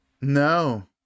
No